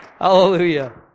Hallelujah